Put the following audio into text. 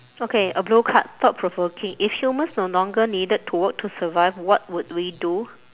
okay a blue card thought provoking if humans no longer needed to work to survive what would we do